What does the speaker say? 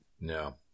No